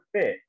fit